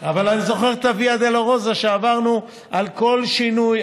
אבל אני זוכר את הוויה דולורוזה שעברנו על כל שינוי,